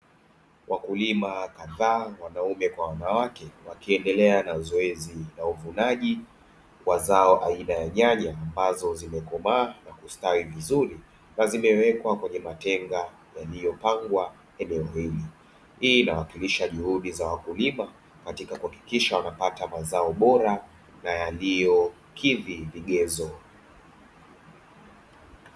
Wakulima kadhaa wanaume kwa wanawake wakiendelea na zoezi la uvunaji wa zao aina ya nyanya ambazo zimekomaa na kustawi vizuri na zimewekwa kwenye matenga yaliyopangwa eneo hili. Hii inawakilisha juhudi za wakulima katika kuhakikisha wanapata mazao bora na yaliyo kidhi vigezo.